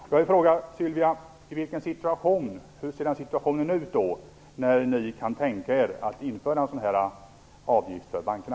Jag vill då fråga Sylvia Lindgren: Hur ser den situationen ut då ni kan tänka er att införa en avgift för bankerna?